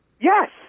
Yes